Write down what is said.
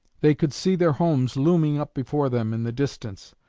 they could see their homes looming up before them in the distance,